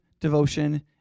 devotion